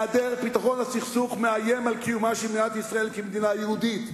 העדר פתרון לסכסוך מאיים על קיומה של מדינת ישראל כמדינה יהודית.